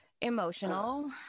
emotional